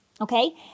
Okay